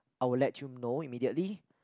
I will let you know immediately